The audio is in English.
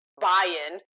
buy-in